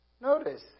Notice